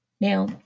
Now